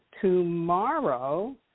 tomorrow